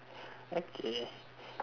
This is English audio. okay